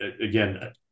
again